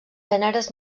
gèneres